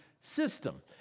system